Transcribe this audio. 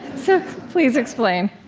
so please explain